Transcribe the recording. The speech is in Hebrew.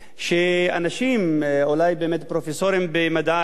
אולי באמת פרופסורים במדעי החברה, במדעים אחרים,